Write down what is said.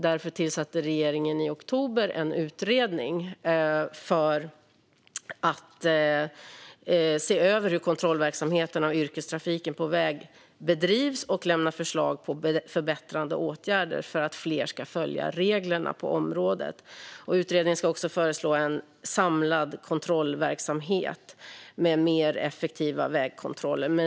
Därför tillsatte regeringen i oktober en utredning för att se över hur kontrollverksamheten för yrkestrafiken på väg bedrivs och lämna förslag på förbättrande åtgärder för att fler ska följa reglerna på området. Utredningen ska också föreslå en samlad kontrollverksamhet med mer effektiva vägkontroller.